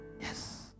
Yes